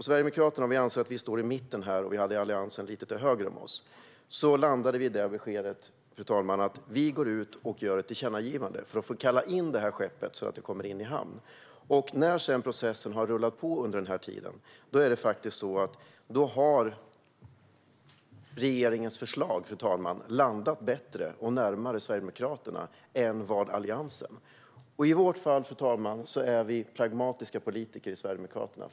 Sverigedemokraterna anser att vi står i mitten, och vi hade Alliansen lite till höger om oss. Så landade vi i beskedet, fru talman, att gå ut och göra ett tillkännagivande för att kalla in skeppet i hamn. När sedan processen har rullat på under tiden har regeringens förslag landat bättre och närmare Sverigedemokraterna än Alliansens förslag. I Sverigedemokraternas fall, fru talman, är vi pragmatiska politiker.